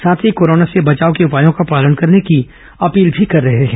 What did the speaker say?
साथ ही कोरोना से बचाव के उपायों का पालन करने की अपील भी कर रहे हैं